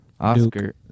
Oscar